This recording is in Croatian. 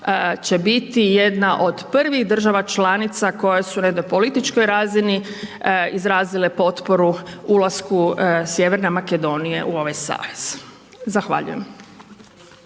će biti jedna od prvih država članica koje su na jednoj političkoj razini izrazile potporu ulasku sjeverne Makedonije u ovaj savez. Zahvaljujem.